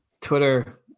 Twitter